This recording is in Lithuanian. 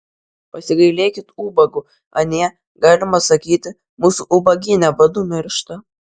pasigailėkit ubagų anie galima sakyti mūsų ubagyne badu miršta